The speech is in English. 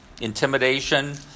intimidation